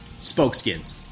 Spokeskins